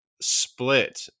split